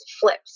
flips